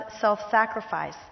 self-sacrifice